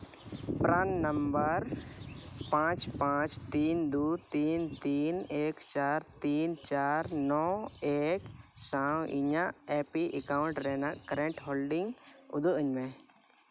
ᱯᱨᱟᱱ number ᱯᱟᱸᱪ ᱯᱟᱸᱪ ᱛᱤᱱ ᱫᱩᱭ ᱛᱤᱱ ᱛᱤᱱ ᱮᱠ ᱪᱟᱨ ᱛᱤᱱ ᱪᱟᱨ ᱱᱚ ᱮᱠ ᱥᱟᱶ ᱤᱧᱟᱹᱜ ᱮᱯᱤ ᱮᱠᱟᱣᱩᱱ ᱨᱮᱱᱟᱜ ᱠᱟᱨᱮᱹᱱᱴ ᱦᱳᱞᱰᱤᱝ ᱩᱫᱩᱜ ᱟᱹᱧ ᱢᱮ